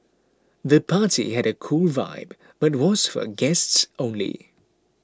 the party had a cool vibe but was for guests only